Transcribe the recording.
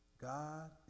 God